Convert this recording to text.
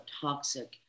toxic